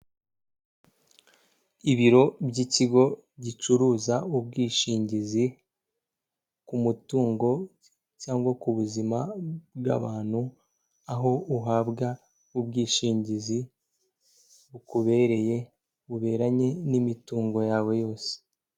Ibiro by'ikigo gicuruza ubwishingizi ku mutungo cyangwa ku buzima bw'abantu aho uhabwa ubwishingizi bukubereye buberanye n'imitungo yawe yose.